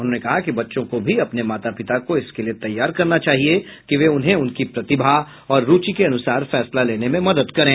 उन्होंने कहा कि बच्चों को भी अपने माता पिता को इसके लिए तैयार करना चाहिए कि वे उन्हें उनकी प्रतिभा और रूचि के अनुसार फैसला लेने में मदद करें